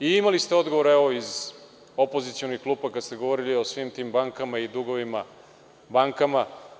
Imali ste odgovore iz opozicionih klupa kada ste govorili o svim tim bankama i dugovima bankama.